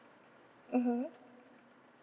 mmhmm